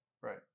Right